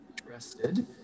interested